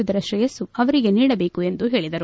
ಇದರ ತ್ರೇಯಸ್ಲು ಅವರಿಗೆ ನೀಡಬೇಕು ಎಂದು ಹೇಳದರು